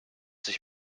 sich